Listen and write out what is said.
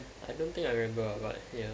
I don't think I remember uh but ya